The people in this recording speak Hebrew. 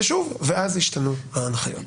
ושוב, ואז השתנו ההנחיות.